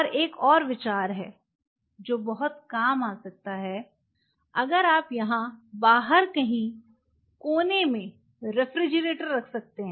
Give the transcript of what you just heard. और एक और विचार है जो बहुत काम आ सकता है अगर आप यहां बाहर कहीं कोने में रेफ्रिजरेटर रख सकते हैं